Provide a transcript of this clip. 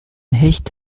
hecht